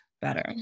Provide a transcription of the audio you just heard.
better